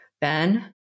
Ben